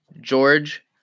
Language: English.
George